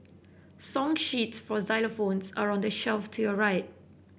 song sheets for xylophones are on the shelf to your right